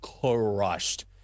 crushed